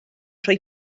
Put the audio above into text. rhoi